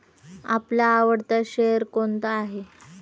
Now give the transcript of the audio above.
आपला आवडता शेअर कोणता आहे?